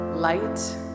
Light